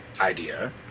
idea